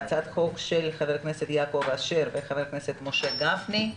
הצעת חוק של חבר הכנסת יעקב אשר וחבר הכנסת משה גפני.